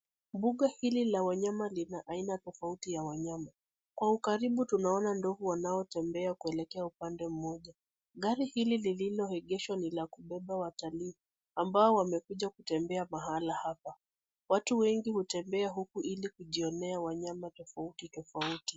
Mbuga hili la wanyama lina aina tofauti ya wanyama. Kwa ukaribu tunaona ndovu wanaotembea kuelekea upande mmoja. Gari hili lililoegeshwa ni la kubeba watalii ambao wamekuja kutembea mahali hapa. Watu wengi hutembea huku ili kujionea wanyama tofauti, tofauti.